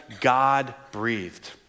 God-breathed